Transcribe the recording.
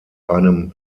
einem